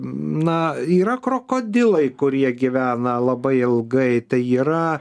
na yra krokodilai kurie gyvena labai ilgai tai yra